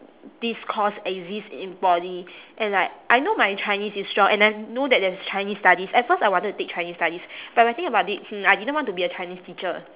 this course exist in poly and like I know my chinese is strong and I know that there's chinese studies at first I wanted to take chinese studies but when I think about it hmm I didn't want to be a chinese teacher